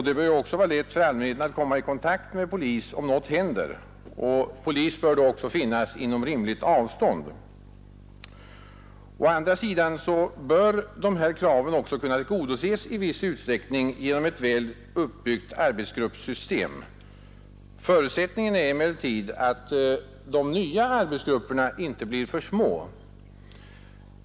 Det bör också vara lätt för allmänheten att komma i kontakt med polis om något händer, och polis bör då finnas inom rimligt avstånd. Å andra sidan bör dessa krav också kunna tillgodoses i viss utsträckning genom ett väl uppbyggt arbetsgruppssystem. Förutsättningen är emellertid att de nya arbetsgrupperna inte blir för små.